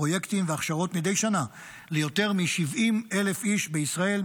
פרויקטים והכשרות מדי שנה ליותר מ-70,000 איש בישראל,